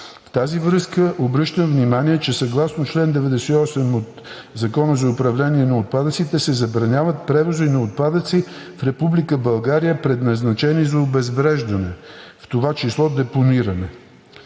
В тази връзка обръщам внимание, че съгласно чл. 98 от Закона за управление на отпадъците се забраняват превози на отпадъци в Република България, предназначени за обезвреждане, в това число депониране.